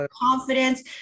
confidence